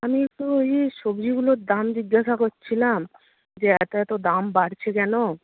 আমি একটু ওই সবজিগুলোর দাম জিজ্ঞাসা করছিলাম যে এত এত দাম বাড়ছে কেন